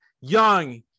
young